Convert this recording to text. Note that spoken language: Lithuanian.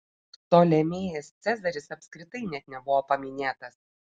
ptolemėjas cezaris apskritai net nebuvo paminėtas